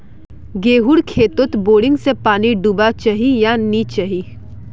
गेँहूर खेतोत बोरिंग से पानी दुबा चही या नी चही?